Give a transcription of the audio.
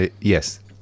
Yes